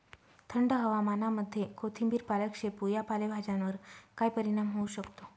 थंड हवामानामध्ये कोथिंबिर, पालक, शेपू या पालेभाज्यांवर काय परिणाम होऊ शकतो?